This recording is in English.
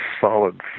solid